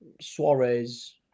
Suarez